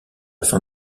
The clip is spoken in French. fin